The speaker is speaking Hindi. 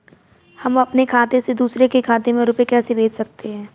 हम अपने खाते से दूसरे के खाते में रुपये कैसे भेज सकते हैं?